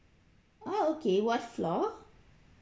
oh okay what floor